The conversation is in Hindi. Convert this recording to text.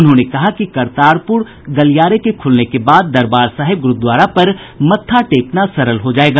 उन्होंने कहा कि करतारपुर गलियारे के खुलने के बाद दरबार साहिब गुरूद्वारा पर मत्था टेकना सरल हो जायेगा